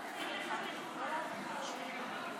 אדוני, עד עשר דקות.